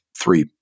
three